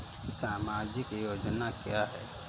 सामाजिक योजना क्या है?